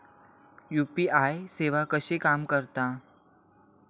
UPI सेवा कशी काम करता?